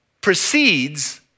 precedes